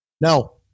No